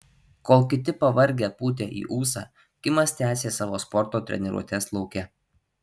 kol kiti pavargę pūtė į ūsą kimas tęsė savo sporto treniruotes lauke